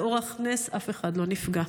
באורח נס אף אחד לא נפגע.